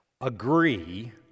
agree